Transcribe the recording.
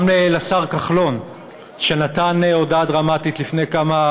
גם לשר כחלון, שנתן הודעה דרמטית לפני כמה